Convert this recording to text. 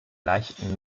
leichten